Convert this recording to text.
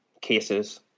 cases